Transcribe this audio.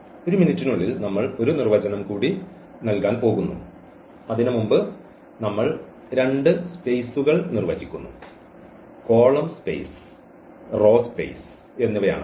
ഒരു മിനിറ്റിനുള്ളിൽ നമ്മൾ ഒരു നിർവചനം കൂടി നൽകാൻ പോകുന്നു അതിനുമുമ്പ് നമ്മൾ രണ്ട് സ്പേസുകൾ നിർവ്വചിക്കുന്നു കോളം സ്പേസ് റോ സ്പേസ് എന്നിവയാണവ